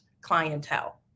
clientele